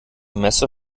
messe